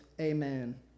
Amen